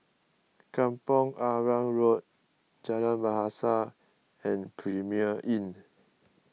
Kampong Arang Road Jalan Bahasa and Premier Inn